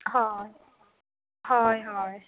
हय हय हय